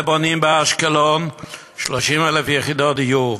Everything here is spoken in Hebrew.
ובונים באשקלון 30,000 יחידות דיור,